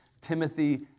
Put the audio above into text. Timothy